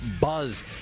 Buzz